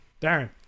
Darren